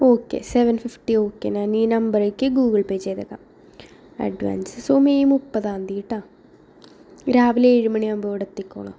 okay seven fifty okay ഞാൻ ഈ നമ്പറിലേക്ക് ഗൂഗിൾ പേ ചെയ്തേക്കാം അഡ്വാൻസ് സോ മെയ് മുപ്പതാം തീയതി കേട്ടോ രാവിലെ ഏഴുമണിയാവുമ്പോൾ ഇവിടെ എത്തിക്കോളൂ